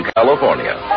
California